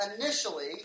initially